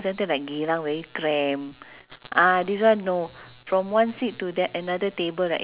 ~se you know certain food we we although nasi lemak although nasi lemak is the same but different